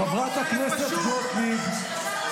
חברת הכנסת גוטליב,